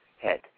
head